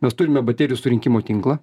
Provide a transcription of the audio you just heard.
mes turime baterijų surinkimo tinklą